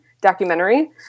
Documentary